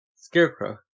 Scarecrow